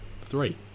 three